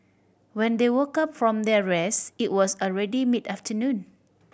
when they woke up from their rest it was already mid afternoon